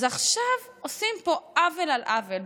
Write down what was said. אז עכשיו עושים פה עוול על עוול.